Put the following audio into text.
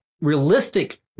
realistic